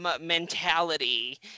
mentality